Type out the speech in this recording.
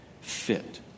fit